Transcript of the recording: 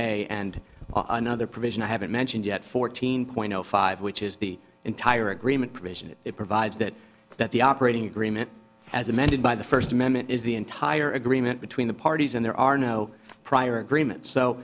a and another provision i haven't mentioned yet fourteen point zero five which is the entire agreement provision it provides that that the operating agreement as amended by the first amendment is the entire agreement between the parties and there are no prior agreements so